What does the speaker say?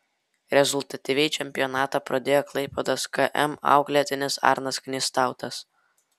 rezultatyviai čempionatą pradėjo klaipėdos km auklėtinis arnas knystautas